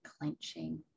clenching